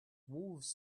wolves